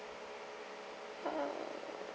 err